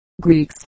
Greeks